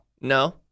No